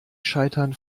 scheitern